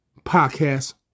Podcast